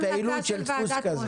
בפעילות של דפוס כזה.